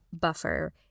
buffer